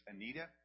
Anita